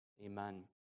amen